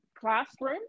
classroom